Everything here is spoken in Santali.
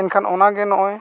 ᱮᱱᱠᱷᱟᱱ ᱚᱱᱟᱜᱮ ᱱᱚᱜᱼᱚᱸᱭ